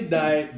die